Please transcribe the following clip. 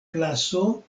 klaso